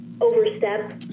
overstep